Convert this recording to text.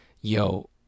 yo